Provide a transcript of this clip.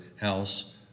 house